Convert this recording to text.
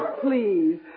Please